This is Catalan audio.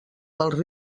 dels